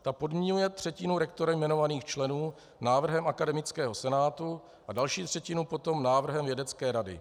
Ten podmiňuje třetinu rektorem jmenovaných členů návrhem akademického senátu a další třetinu potom návrhem vědecké rady.